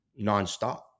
nonstop